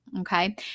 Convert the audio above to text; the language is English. okay